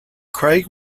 craig